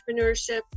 entrepreneurship